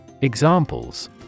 Examples